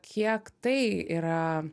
kiek tai yra